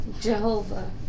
Jehovah